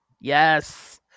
yes